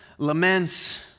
Laments